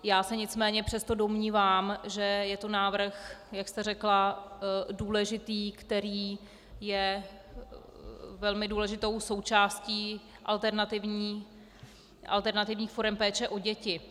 Já se nicméně přesto domnívám, že je to návrh, jak jste řekla, důležitý, který je velmi důležitou součástí alternativních forem péče o děti.